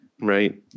right